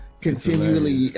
continually